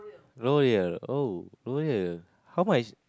L'oreal oh L'oreal how much